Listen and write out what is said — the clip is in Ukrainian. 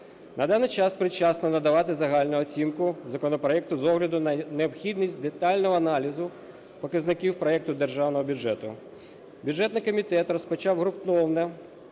На даний час передчасно давати загальну оцінку законопроекту, з огляду на необхідність детального аналізу показників проекту державного бюджету. Бюджетний комітет розпочав ґрунтовне